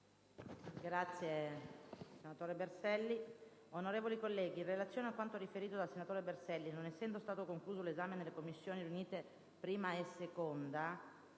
apre una nuova finestra"). Onorevoli colleghi, in relazione a quanto riferito dal senatore Berselli, non essendo stato concluso l'esame nelle Commissioni riunite 1a e 2a,